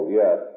yes